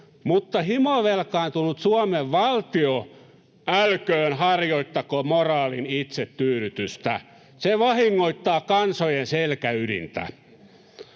Mutta himovelkaantunut Suomen valtio älköön harjoittako moraalin itsetyydytystä. Se vahingoittaa kansojen selkäydintä.